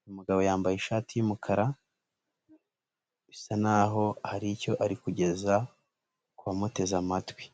uyu mugabo yambaye ishati y'umukara bisa naho hari icyo ari kugeza ku bamuteze amatwi.